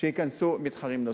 כשייכנסו מתחרים נוספים.